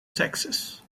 texas